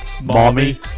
Mommy